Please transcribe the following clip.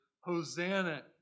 Hosanna